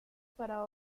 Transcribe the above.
para